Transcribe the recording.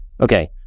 Okay